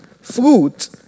Fruit